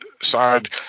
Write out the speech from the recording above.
side